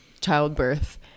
childbirth